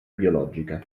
biologica